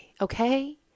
okay